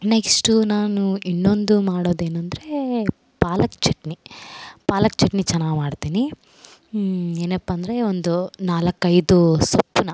next ನಾನು ಇನ್ನೊಂದು ಮಾಡೋದೇನಂದರೆ ಪಾಲಕ್ ಚಟ್ನಿ ಪಾಲಕ್ ಚಟ್ನಿ ಚೆನ್ನಾಗ್ ಮಾಡ್ತೀನಿ ಏನಪ್ಪಾ ಅಂದರೆ ಒಂದು ನಾಲ್ಕೈದು ಸೊಪ್ಪ್ನ